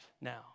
now